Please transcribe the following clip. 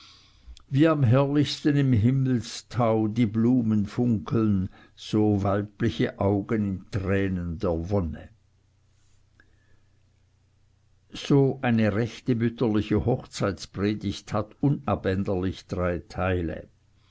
wie am herrlichsten im himmelstau die blumen funkeln so weibliche augen in tränen der wonne so eine rechte mütterliche hochzeitpredigt hat unabänderlich drei teile